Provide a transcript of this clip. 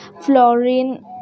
fluorine